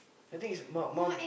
I think it's Mount Mount